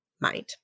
mind